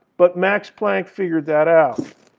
but max planck figured that out.